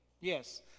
Yes